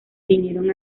vinieron